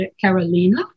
Carolina